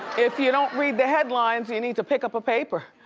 if you don't read the headlines, you need to pick up a paper.